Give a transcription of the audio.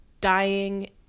dying